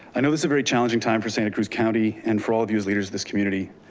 i know it was a very challenging time for santa cruz county and for all of you as leaders of this community.